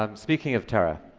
um speaking of terror,